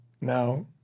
No